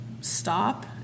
stop